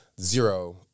zero